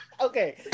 Okay